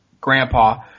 grandpa